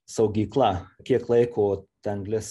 saugykla kiek laiko ta anglis